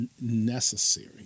necessary